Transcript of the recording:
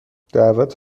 دعوت